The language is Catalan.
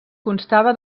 constava